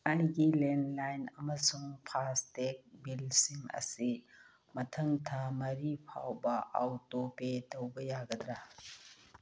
ꯑꯩꯒꯤ ꯂꯦꯟꯂꯥꯏꯟ ꯑꯃꯁꯨꯡ ꯐꯥꯁꯇꯦꯛ ꯕꯤꯜꯁꯤꯡ ꯑꯁꯤ ꯃꯊꯪ ꯊꯥ ꯃꯔꯤ ꯐꯥꯎꯕ ꯑꯣꯇꯣꯄꯦ ꯇꯧꯕ ꯌꯥꯒꯗ꯭ꯔꯥ